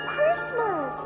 Christmas